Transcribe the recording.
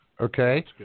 Okay